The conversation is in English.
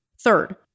Third